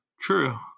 True